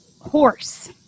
horse